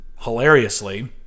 hilariously